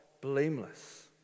blameless